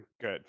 good